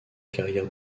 carrière